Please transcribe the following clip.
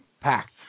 Packed